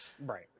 right